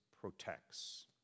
protects